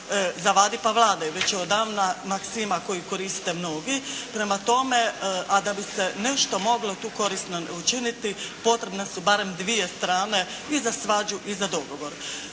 “Zavladaj pa vladaj“ već je odavna maksima koju koriste mnogi. Prema tome, a da bi se nešto moglo tu korisno učiniti potrebne su barem dvije strane i za svađu i za dogovor.